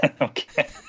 Okay